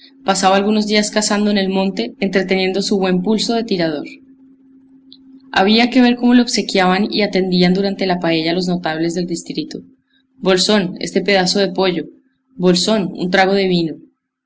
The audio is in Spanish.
pasaba algunos días cazando en el monte entreteniendo su buen pulso de tirador había que ver cómo le obsequiaban y atendían durante la paella los notables del distrito bolsón este pedazo de pollo bolsón un trago de vino